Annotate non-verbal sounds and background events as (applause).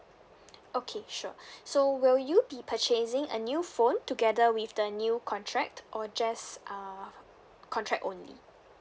okay sure (breath) so will you be purchasing a new phone together with the new contract or just uh contract only